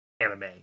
anime